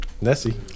Nessie